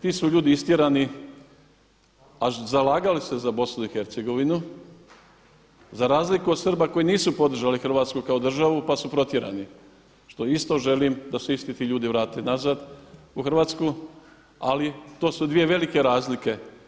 Ti su ljudi istjerani a zalagali su se za Bosnu i Hercegovinu za razliku od Srba koji nisu podržali Hrvatsku kao državu pa su protjerani što isto želim da se isti ti ljudi vrate nazad u Hrvatsku ali to su dvije velike razlike.